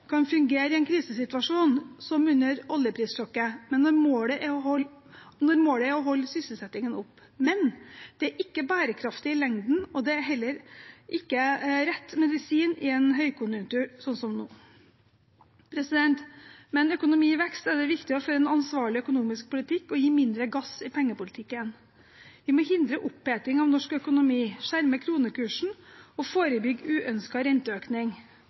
kan fungere i en krisesituasjon, som under oljeprissjokket, når målet er holde sysselsettingen oppe. Men det er ikke bærekraftig i lengden, og det er heller ikke rett medisin i en høykonjunktur som nå. Med en økonomi i vekst er det viktig å føre en ansvarlig økonomisk politikk og gi mindre gass i pengepolitikken. Vi må hindre oppheting av norsk økonomi, skjerme kronekursen og forebygge uønsket renteøkning.